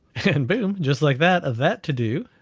and boom, just like that of that to do,